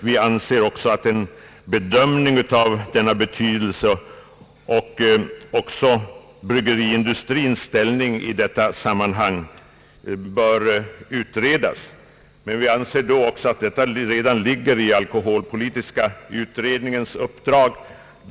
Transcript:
Vi anser att maltdryckernas ställning i detta sammanhang bör utredas. Men vi anser att detta ingår i alkoholpolitiska utredningens uppdrag.